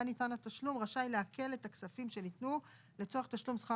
ניתן התשלום רשאי לעקל את הכספים שניתנו לצורך תשלום שכר